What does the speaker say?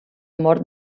mort